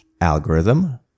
Algorithm